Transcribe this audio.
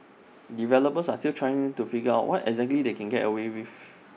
developers are still trying to figure out what exactly they can get away with